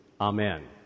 Amen